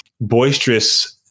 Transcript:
boisterous